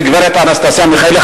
היא גברת אנסטסיה מיכאלי,